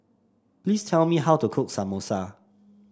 please tell me how to cook Samosa